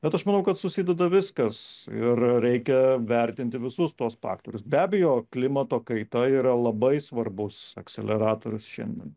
bet aš manau kad susideda viskas ir reikia vertinti visus tuos faktorius be abejo klimato kaita yra labai svarbus akseleratorius šiandien